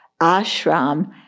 ashram